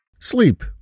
Sleep